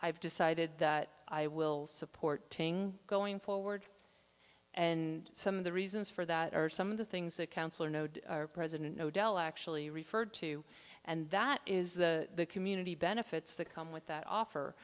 i've decided that i will support taking going forward and some of the reasons for that are some of the things that counselor node president no del actually referred to and that is the community benefits that come with that offer